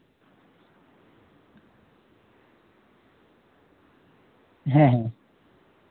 ᱦᱮᱸ ᱦᱮᱸ